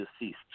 deceased